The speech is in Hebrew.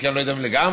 אני לא יודע אם לגמרי,